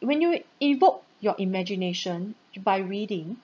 when you evoke your imagination by reading